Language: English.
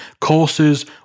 courses